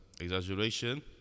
exaggeration